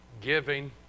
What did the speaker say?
giving